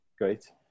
great